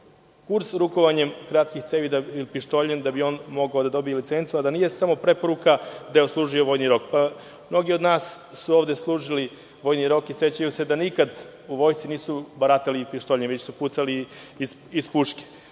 kurs rukovanja pištoljem da bi mogao da dobije licencu, a da nije samo preporuka da je odslužio vojni rok. Mnogi od nas su ovde služili vojni rok i sećaju se da nikad u vojsci nisu baratali pištoljem ili su pucali iz puške.